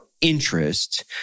interest